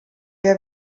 der